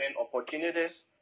opportunities